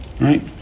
Right